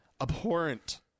abhorrent